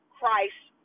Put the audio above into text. Christ